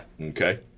Okay